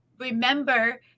remember